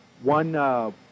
One